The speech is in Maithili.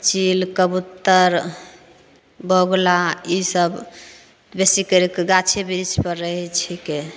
चील कबुत्तर बगुला ई सब बेसी करि कऽ गाछे बृछपर रहैत छिकै